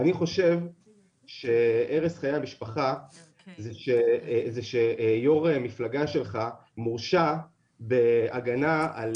אני חושב שהרס חיי המשפחה זה שיושב-ראש המפלגה שלך מורשע בהגנה על